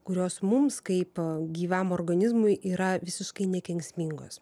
kurios mums kaip gyvam organizmui yra visiškai nekenksmingos